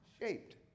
shaped